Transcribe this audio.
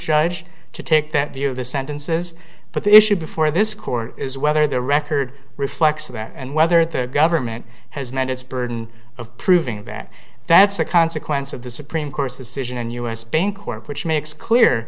judge to take that view of the sentences but the issue before this court is whether the record reflects that and whether the government has met its burden of proving that that's a consequence of the supreme court's decision in u s bancorp which makes clear